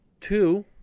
two